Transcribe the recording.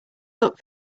luck